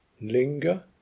linger